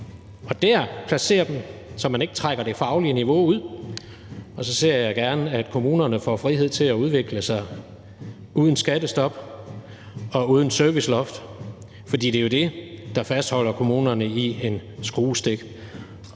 og placerer dem der, så man ikke trækker det faglige niveau ud – og så ser jeg gerne, at kommunerne får frihed til at udvikle sig uden skattestop og uden serviceloft, for det er jo det, der fastholder kommunerne i en skruestik,